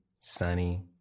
sunny